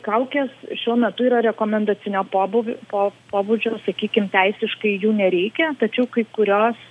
kaukės šiuo metu yra rekomendacinio pobūvi po pobūdžio sakykim teisiškai jų nereikia tačiau kai kurios